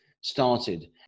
started